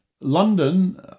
london